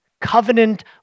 Covenant